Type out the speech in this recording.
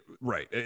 right